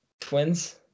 Twins